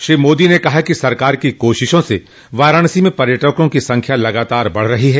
श्रो मोदी ने कहा कि सरकार की कोशिशों से वाराणसी में पर्यटकों की संख्या लगातार बढ़ रही है